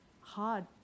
hard